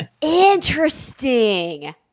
Interesting